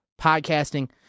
podcasting